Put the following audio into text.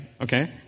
Okay